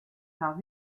par